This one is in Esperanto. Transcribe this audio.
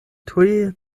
tuj